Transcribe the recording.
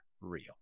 real